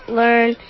learn